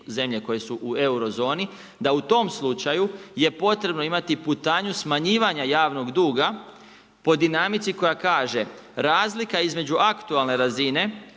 zemlje koje su u eurozoni da u tom slučaju je potrebno imati putanju smanjivanja javnog duga po dinamici koja kaže razlika između aktualne razine